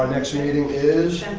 next meeting is?